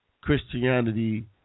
Christianity